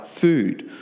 food